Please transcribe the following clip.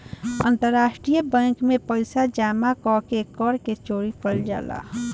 अंतरराष्ट्रीय बैंक में पइसा जामा क के कर के चोरी कईल जाला